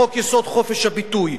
חוק-יסוד: חופש הביטוי,